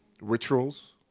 rituals